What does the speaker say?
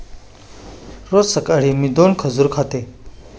रोज सकाळी मी दोन खजूर खाते